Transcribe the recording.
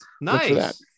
nice